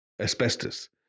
asbestos